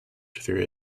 through